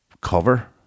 cover